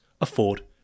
afford